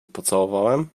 pocałowałem